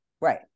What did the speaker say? right